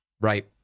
right